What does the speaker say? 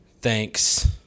Thanks